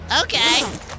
Okay